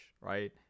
right